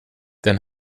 den